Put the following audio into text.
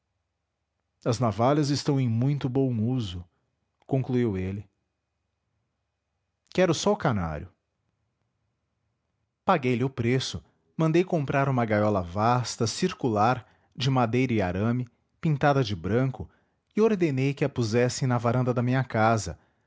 as navalhas estão em muito bom uso concluiu ele quero só o canário paguei lhe o preço mandei comprar uma gaiola vasta circular de madeira e arame pintada de branco e ordenei que a pusessem na varanda da minha casa